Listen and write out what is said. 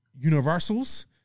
universals